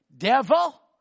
Devil